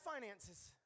finances